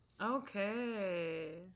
Okay